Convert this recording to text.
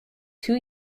two